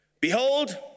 Behold